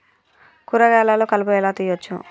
కూరగాయలలో కలుపు ఎలా తీయచ్చు?